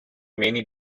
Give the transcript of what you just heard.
many